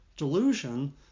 delusion